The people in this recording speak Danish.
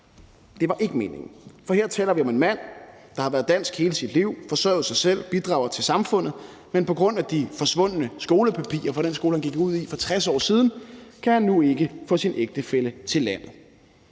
med reglerne fra 2018, for her taler vi om en mand, der har været dansk hele sit liv, som har forsørget sig selv, og som bidrager til samfundet, men på grund af de forsvundne skolepapirer fra den skole, han gik ud af for 60 år siden, kan han nu ikke få sin ægtefælle til landet.